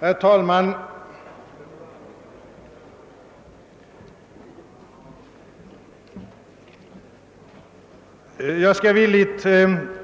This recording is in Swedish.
Herr talman! Jag skall villigt